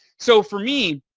so, for me,